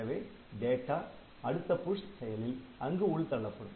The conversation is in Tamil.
எனவே டேட்டா அடுத்த புஷ் செயலில் அங்கு உள் தள்ளப்படும்